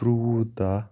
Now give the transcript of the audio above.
ترٛوٚوُہ دَہ